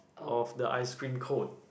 of the ice cream cone